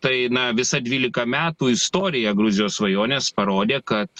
tai na visa dvylika metų istorija gruzijos svajonės parodė kad